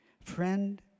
friend